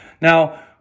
Now